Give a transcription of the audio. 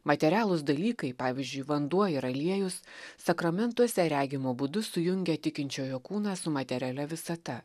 materialūs dalykai pavyzdžiui vanduo ir aliejus sakramentuose regimu būdu sujungia tikinčiojo kūną su materialia visata